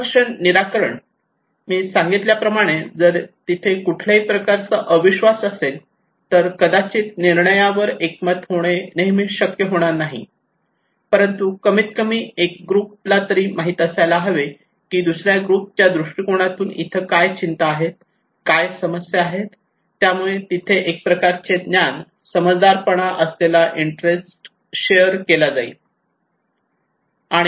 संघर्ष निराकरण मी सांगितल्याप्रमाणे जर तिथे कुठल्याही प्रकारचा अविश्वास असेल तर कदाचित निर्णयावर एकमत होणे नेहमी शक्य होणार नाही परंतु कमीत कमी एका ग्रुप ला तरी माहीत असायला हवे की दुसऱ्या ग्रुप च्या दृष्टिकोनातून इथे काय चिंता आहेत काय समस्या आहेत त्यामुळे तिथे एक प्रकारचे ज्ञान समजदारपणा आणि असलेला इंटरेस्ट शेअर केला जाईल